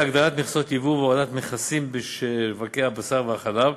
הגדלת מכסות יבוא והורדת מכסים בשוקי הבשר והחלב,